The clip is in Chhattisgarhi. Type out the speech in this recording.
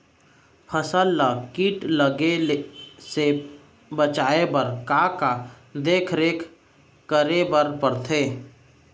फसल ला किट लगे से बचाए बर, का का देखरेख करे बर परथे?